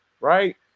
right